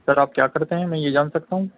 سر آپ کیا کرتے ہیں میں یہ جان سکتا ہوں